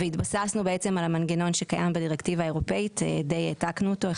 בהתבסס על המנגנון שקיים בדירקטיבה האירופאית די העתקנו אותו,